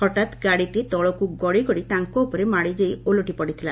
ହଠାତ୍ ଗାଡ଼ିଟି ତଳକୁ ଗଡ଼ିଗଡ଼ି ତାଙ୍କ ଉପରେ ମାଡ଼ିଯାଇ ଓଲଟିପଡ଼ିଥିଲା